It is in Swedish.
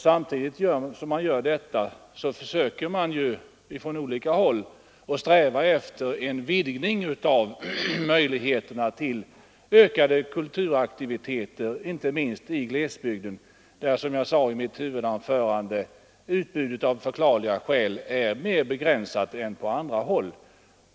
Samtidigt strävar man från olika håll efter en vidgning av möjligheterna till ökade kulturaktiviteter inte minst i glesbygden där, som jag sade i mitt huvudanförande, utbudet av förklarliga skäl är mer begränsat än på andra håll.